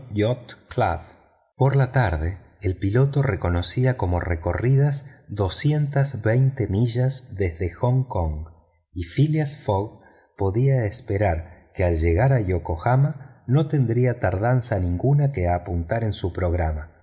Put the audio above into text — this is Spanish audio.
por la tarde el piloto reconocía como recorridas doscientas veinte millas desde hong kong y phileas fogg podía esperar que al llegar a yokohama no tendría tardanza ninguna que apuntar en su programa